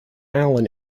allen